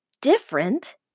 different